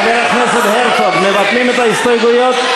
חבר הכנסת הרצוג, מבטלים את ההסתייגויות?